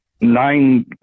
nine